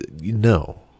no